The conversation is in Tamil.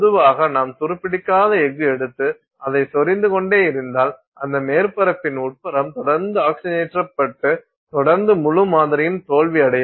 பொதுவாக நாம் துருப்பிடிக்காத எஃகு எடுத்து அதை சொறிந்து கொண்டே இருந்தால் அந்த மேற்பரப்பின் உட்புறம் தொடர்ந்து ஆக்ஸிஜனேற்றப்பட்டு தொடர்ந்து முழு மாதிரியும் தோல்வியடையும்